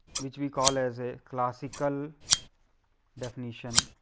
which we call as a classical definition